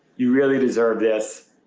you really deserve this.